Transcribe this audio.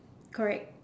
correct